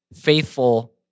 faithful